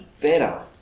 better